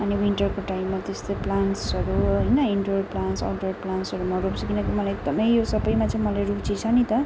अनि विन्टरको टाइममा त्यस्तै प्लान्टसहरू होइन इन्डोर प्लान्टस आउटडोर प्लान्टसहरू म रोप्छु किनकि मलाई एकदमै यो सबैमा चाहिँ मलाई रुचि छ नि त